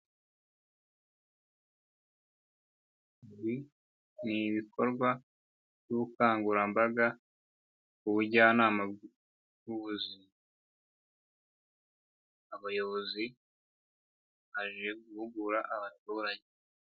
Ibi ni ibikorwa by' ubukangurambaga ku bujyanama bw'ubuzima, abayobozi baje guhugura abaturage.